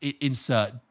insert